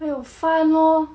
还有饭 lor